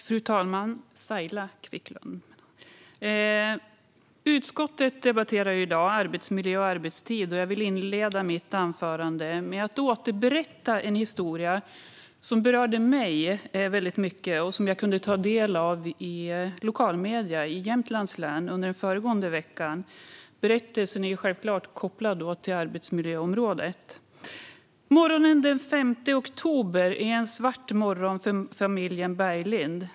Fru talman! Utskottet ska debattera arbetsmiljö och arbetstid. Jag vill inleda mitt anförande med att återberätta en historia som berört mig starkt. Jag kunde ta del av den i lokalmedierna i Jämtlands län under föregående vecka. Berättelsen är såklart kopplad till arbetsmiljöområdet. Morgonen den 5 oktober blev en svart morgon för familjen Berglind.